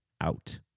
out